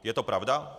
Je to pravda?